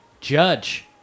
Judge